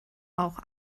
auch